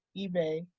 ebay